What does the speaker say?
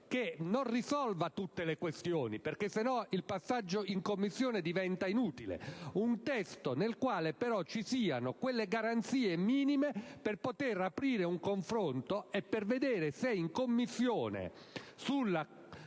che non risolva tutte le questioni - altrimenti il passaggio in Commissione diventerebbe inutile - ma nel quale vi siano le garanzie minime per poter aprire un confronto e vedere se in Commissione